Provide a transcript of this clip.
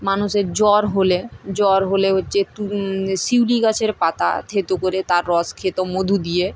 মানুষের জ্বর হলে জ্বর হলে হচ্ছে তু শিউলি গাছের পাতা থেঁতো করে তার রস খেত মধু দিয়ে